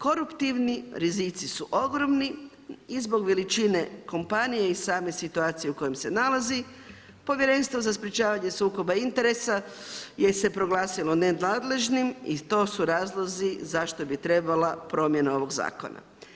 Koruptivni rizici su ogromni i zbog veličine kompanije i same situacije u kojem se nalazi, povjerenstvo za sprječavanje sukoba interesa je se proglasilo nenadležnim i to su razlozi zašto bi trebala promjena ovog Zakona.